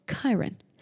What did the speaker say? Chiron